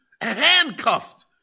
Handcuffed